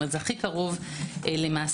זה הכי קרוב למאסר.